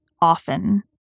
often